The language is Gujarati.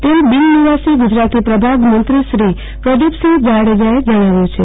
તેમ બિન નિવાસી ગૂજરાતી પ્રભાગ મંત્રી શ્રી પ્રદિપસિંહ જાડેજાએ જણાવ્યું છે